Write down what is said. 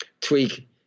tweak